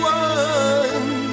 one